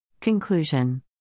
Conclusion